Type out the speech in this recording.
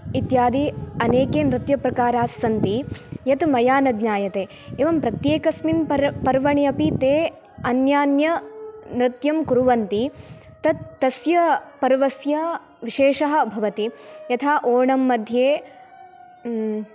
इत्यादि अनेके नृत्यप्रकाराः सन्ति यत् मया न ज्ञायते एवं प्रत्येकस्मिन् पर् पर्वणि अपि ते अन्यान्यनृत्यं कुर्वन्ति तत् तस्य पर्वस्य विशेषः भवति यथा ओणं मध्ये